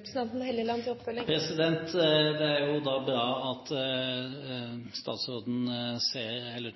Det er jo bra at statsråden